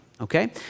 okay